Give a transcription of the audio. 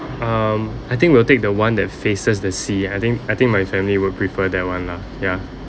um I think we'll take the one that faces the sea I think I think my family would prefer that one lah ya